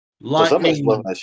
Lightning